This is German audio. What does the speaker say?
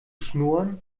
schnurren